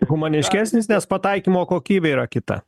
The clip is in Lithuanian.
humaniškesnis nes pataikymo kokybė yra kita